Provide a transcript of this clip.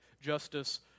justice